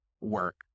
work